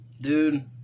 Dude